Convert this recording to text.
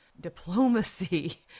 diplomacy